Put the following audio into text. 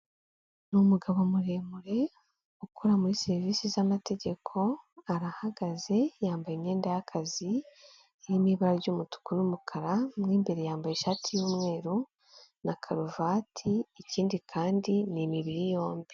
Ni umugabo muremure, ukora muri serivisi z'amategeko, arahagaze, yambaye imyenda y'akazi, irimo ibara ry'umutuku n'umukara, mo imbere yambaye ishati y'umweru na karuvati ikindi kandi, ni imibiri yombi.